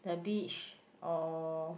the beach or